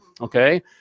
Okay